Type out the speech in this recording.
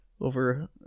over